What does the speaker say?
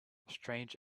strange